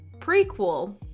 prequel